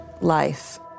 life